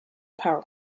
power